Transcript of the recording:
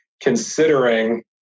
considering